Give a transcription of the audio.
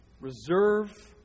reserve